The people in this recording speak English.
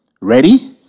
Ready